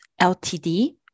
LTD